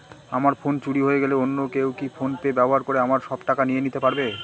আমার ফোন চুরি হয়ে গেলে অন্য কেউ কি ফোন পে ব্যবহার করে আমার সব টাকা নিয়ে নিতে পারবে?